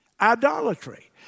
Idolatry